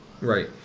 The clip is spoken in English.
right